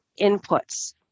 inputs